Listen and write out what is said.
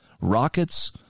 rockets